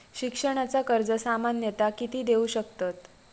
शिक्षणाचा कर्ज सामन्यता किती देऊ शकतत?